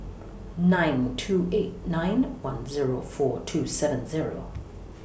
nine two eight nine one Zero four two seven Zero